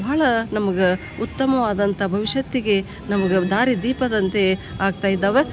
ಭಾಳ ನಮ್ಗೆ ಉತ್ತಮವಾದಂಥ ಭವಿಷ್ಯತ್ತಿಗೆ ನಮ್ಗೆ ದಾರಿ ದೀಪದಂತೆ ಆಗ್ತಾ ಇದ್ದಾವೆ